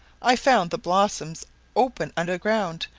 i found the blossoms open under ground,